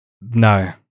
No